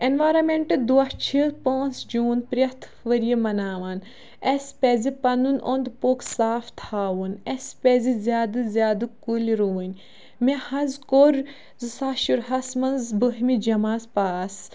environment دۄہ چھِ پانٛژھ جوٗن پرٮ۪تھ ؤرۍیہِ مَناوان اَسہِ پَزِ پَنُن اوٚنٛد پوٚک صاف تھاوُن اَسہِ پَزِ زیادٕ زیادٕ کُلۍ رُوٕنۍ مےٚ حظ کوٚر زٕ ساس شُرہَس منٛز بٔہمہِ جَماژ پاس